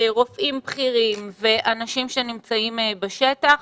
רופאים בכירים ואנשים שנמצאים בשטח,